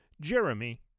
Jeremy